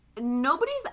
nobody's